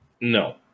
no